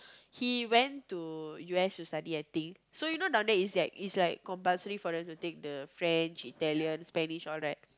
he went to u_s to study I think so you know down there it's like it's like compulsory for them to take the French Italian Spanish all that